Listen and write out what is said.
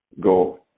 go